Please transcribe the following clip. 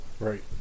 Right